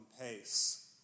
pace